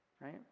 right